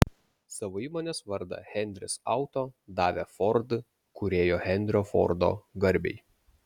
savo įmonės vardą henris auto davė ford kūrėjo henrio fordo garbei